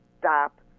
stop